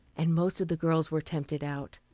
and most of the girls were tempted out.